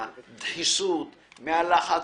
הדחיסות ומן הלחץ.